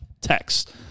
text